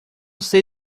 sei